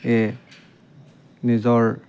য়ে নিজৰ